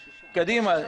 קדימה,